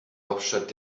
hauptstadt